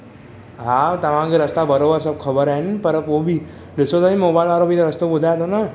हा तव्हांखे रस्ता बराबरि सभु ख़बरु आहिनि पर पोइ बि ॾिसो ताईं मोबाइल वारो बि त रस्तो ॿुधाए थो न